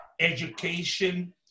education